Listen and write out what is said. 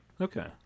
Okay